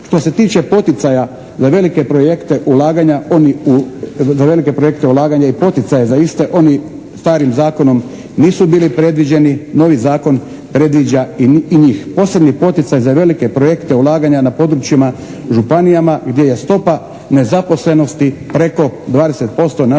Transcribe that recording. projekte ulaganja, za velike projekte ulaganja i poticaje za iste oni starim zakonom nisu bili predviđeni. Novi zakon predviđa i njih. Posebni poticaj za velike projekte ulaganja na područjima županijama gdje je stopa nezaposlenosti preko 20% na žalost